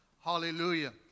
Hallelujah